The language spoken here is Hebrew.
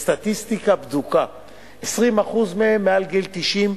בסטטיסטיקה בדוקה 20% מהם מעל גיל 90,